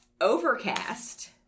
overcast